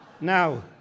Now